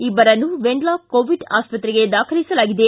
ಇಬ್ಬರನ್ನೂ Wenlock Covid ಆಸ್ತ್ರೆಗೆ ದಾಖಲಿಸಲಾಗಿದೆ